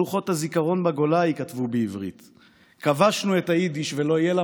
שלוחות הזיכרון בגולה ייכתבו בעברית / כבשנו את היידיש! ולא יהיה לה